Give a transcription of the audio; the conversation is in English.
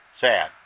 sad